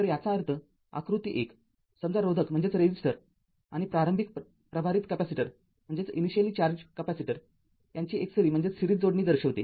तर याचा अर्थआकृती १ समजा रोधक आणि प्रारंभिक प्रभारित कॅपेसिटर यांची एकसरी जोडणी दर्शविते